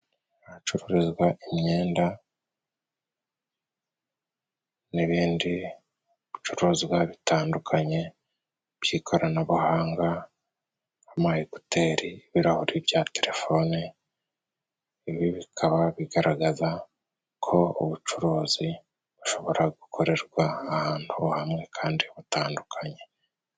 Ahacururizwa imyenda n'ibindi bicuruzwa bitandukanye by'ikoranabuhanga nk' amayekuteri, ibirahuri bya telefoni, ibi bikaba bigaragaza ko ubucuruzi bushobora gukorerwa ahantu ho hamwe kandi butandukanye.